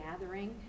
gathering